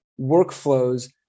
workflows